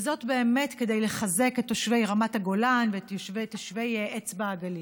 וזאת באמת כדי לחזק את תושבי רמת הגולן ותושבי אצבע הגליל.